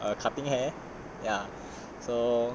about err cutting hair